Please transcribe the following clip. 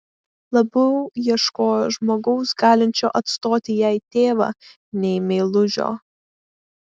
labiau ieškojo žmogaus galinčio atstoti jai tėvą nei meilužio